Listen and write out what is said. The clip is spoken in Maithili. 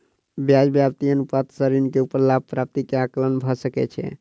ब्याज व्याप्ति अनुपात सॅ ऋण के ऊपर लाभ प्राप्ति के आंकलन भ सकै छै